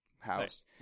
house